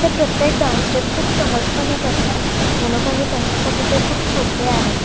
ते प्रत्येक dance step खूप सहजपणे करतात जणू काही त्यांच्यासाठी ते खूप सोपे आहे